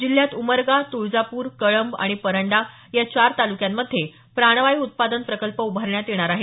जिल्ह्यात उमरगा तुळजापूर कळंब आणि परांडा या चार तालुक्यांमध्ये प्राणवायू उत्पादन प्रकल्प उभारण्यात येणार आहेत